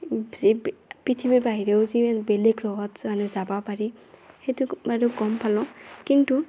যে পৃথিৱীৰ বাহিৰেও যি বেলেগ গ্ৰহত মানুহ যাবা পাৰি সেইটো বাৰু গম পালোঁ কিন্তু